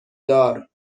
دار